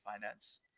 finance